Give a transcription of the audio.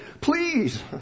please